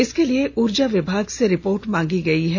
इसके लिए ऊर्जा विभाग से रिपोर्ट मांगी गई है